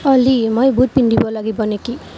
অ'লি মই বুট পিন্ধিব লাগিব নেকি